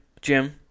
Jim